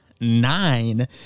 nine